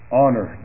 honor